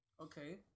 Okay